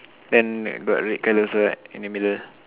then got red colour also right in the middle